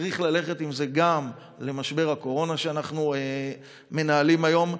צריך ללכת גם למשבר הקורונה שאנחנו מנהלים היום.